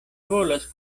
volas